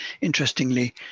interestingly